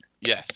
Yes